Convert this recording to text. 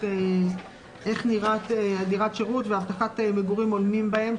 איך נראית דירת שירות והבטחת מגורים הולמים בהם,